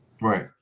Right